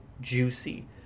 juicy